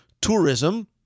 tourism